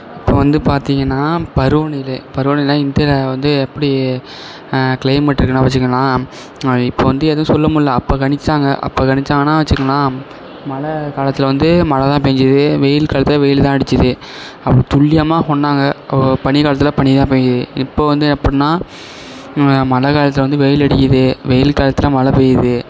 இப்போ வந்து பார்த்திங்கன்னா பருவநிலை பருவநிலை இந்தியாவில் வந்து எப்படி கிளைமெட்டு இருக்குதுனு வச்சுங்கங்களேன் இப்போ வந்து எதுவும் சொல்ல முடியல அப்போ கணிச்சாங்க அப்போ கணிச்சாங்கன்னா வச்சுக்கங்களேன் மழைக்காலத்துல வந்து மழை தான் பெஞ்சுது வெயில் காலத்தில் வெயில் தான் அடிச்சுது அப்படி துல்லியமாக சொன்னாங்க பனிக்காலத்தில் பனி தான் பெஞ்சுது இப்போ வந்து எப்படின்னா மழைக்காலத்துல வந்து வெயில் அடிக்குது வெயில் காலத்தில் மழை பெய்யுது